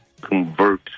convert